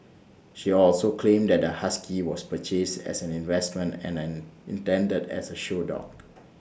she also claimed that the husky was purchased as an investment and intended as A show dog